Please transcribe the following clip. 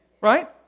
right